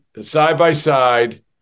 side-by-side